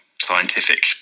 scientific